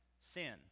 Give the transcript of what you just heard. sin